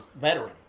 veteran